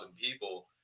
people